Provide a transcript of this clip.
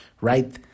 right